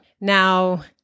Now